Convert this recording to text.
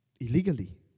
illegally